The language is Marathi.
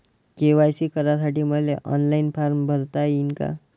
के.वाय.सी करासाठी मले ऑनलाईन फारम भरता येईन का?